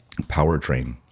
powertrain